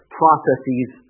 processes